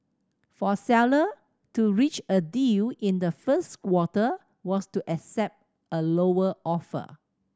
for sellers to reach a deal in the first quarter was to accept a lower offer